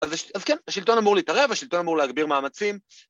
‫אז כן, השלטון אמור להתערב, ‫השלטון אמור להגביר מאמצים.